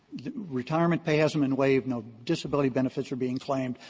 retirement pay hasn't been waived, no disability benefits are being claimed,